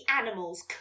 animals